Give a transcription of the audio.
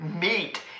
meat